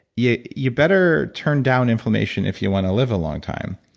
yeah you better turn down inflammation if you want to live a long time.